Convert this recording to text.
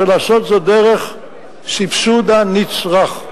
זה לעשות זאת דרך סבסוד הנצרך.